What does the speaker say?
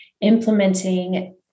implementing